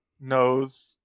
knows